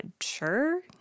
sure